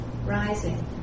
Rising